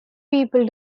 people